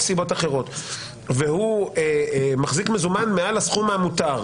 סיבות אחרות ולכן הוא מחזיק בביתו מזומן מעל הסכום המותר,